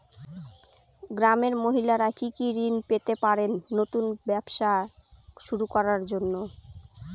গ্রামের মহিলারা কি কি ঋণ পেতে পারেন নতুন ব্যবসা শুরু করার জন্য?